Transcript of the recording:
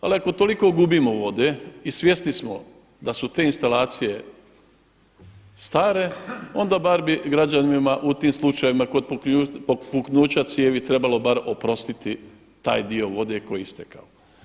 Ali ako toliko gubimo vode i svjesni smo da su te instalacije stare onda bar bi građanima u tim slučajevima kod puknuća cijevi trebalo bar oprostiti taj dio vode koji je istekao.